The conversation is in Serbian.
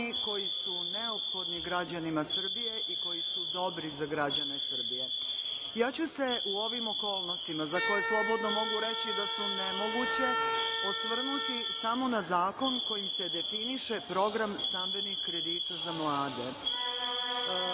koji su neophodni građanima Srbije i koji su dobri za građane Srbije.U ovim okolnostima, za koje slobodno mogu reći da su nemoguće, ja ću se osvrnuti samo na zakon kojim se definiše program stambenih kredita za mlade